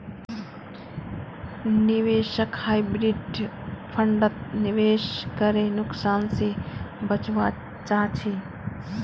निवेशक हाइब्रिड फण्डत निवेश करे नुकसान से बचवा चाहछे